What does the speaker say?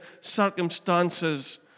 circumstances